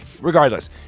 Regardless